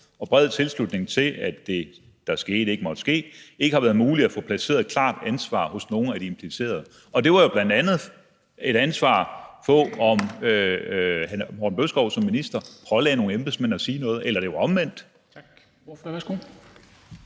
og bred tilslutning til, at det, der skete, ikke måtte ske – ikke har været muligt at få placeret et klart ansvar hos nogen af de implicerede. Det var jo bl.a. et ansvar for, om hr. Morten Bødskov som minister pålagde nogle embedsmænd at sige noget eller det var omvendt.